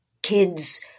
kids